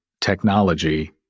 technology